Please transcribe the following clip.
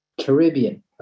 Caribbean